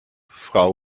frau